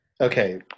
Okay